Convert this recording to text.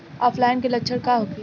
ऑफलाइनके लक्षण का होखे?